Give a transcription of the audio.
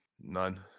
None